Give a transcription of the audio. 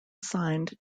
signed